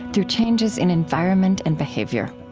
through changes in environment and behavior.